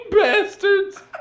bastards